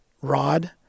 rod